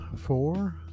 four